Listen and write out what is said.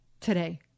today